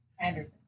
Anderson